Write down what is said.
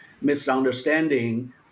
misunderstanding